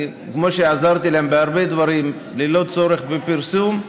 כמו שעזרתי להם בהרבה דברים, ללא צורך בפרסום,